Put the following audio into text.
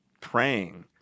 praying